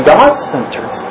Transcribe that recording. God-centered